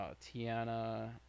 Tiana